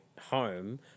home